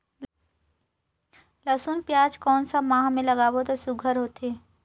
लसुन पियाज कोन सा माह म लागाबो त सुघ्घर होथे?